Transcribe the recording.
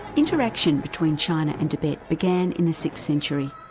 interaction between china and tibet began in the sixth century.